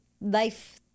life